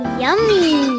yummy